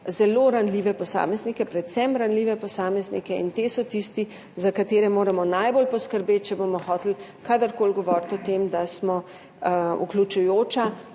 zelo ranljive posameznike, predvsem ranljive posameznike, in ti so tisti, za katere moramo najbolj poskrbeti, če bomo hoteli kadarkoli govoriti o tem, da smo vključujoča